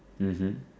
mmhmm